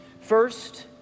First